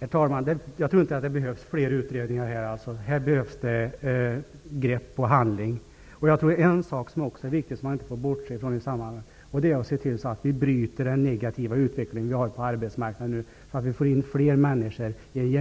I olika sammanhang ställs det krav på mera mark för naturvården. I samband med ombildning av Domänverket till aktiebolag uttalade riksdagen vikten av att detta inte fick leda till att områden av stort naturvårdsvärde under Domänverkets förvaltning miste sitt